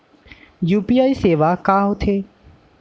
UPI सेवाएं का होथे?